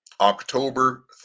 october